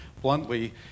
bluntly